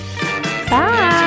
Bye